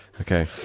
Okay